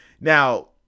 Now